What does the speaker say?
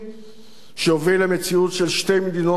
שיוביל למציאות של שתי מדינות לשני עמים,